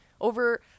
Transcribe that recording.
Over